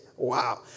Wow